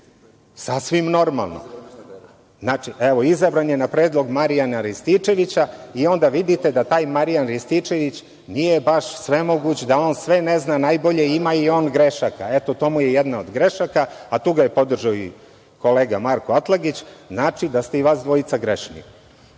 Sasvim normalno. Evo, izabran je na predlog Marijana Rističevića i onda vidite da taj Marijan Rističević nije baš svemoguć, da on baš sve ne zna najbolje, ima i on grešaka. Eto, to mu je jedna od grešaka, a tu ga je podržao i kolega Marko Atlagić. Znači da ste i vas dvojica grešni. Na